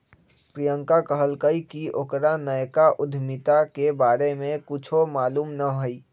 प्रियंका कहलकई कि ओकरा नयका उधमिता के बारे में कुछो मालूम न हई